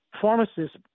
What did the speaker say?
pharmacists